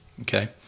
okay